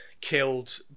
killed